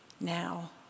now